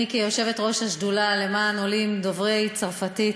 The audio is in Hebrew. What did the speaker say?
אני, כיושבת-ראש השדולה למען עולים דוברי צרפתית,